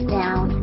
down